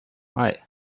hei